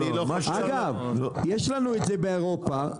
אגב, יש את זה באירופה.